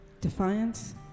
defiance